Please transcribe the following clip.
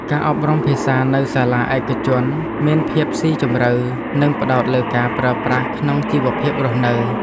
ការអប់រំភាសានៅសាលាឯកជនមានភាពស៊ីជម្រៅនិងផ្ដោតលើការប្រើប្រាស់ក្នុងជីវភាពរស់នៅ។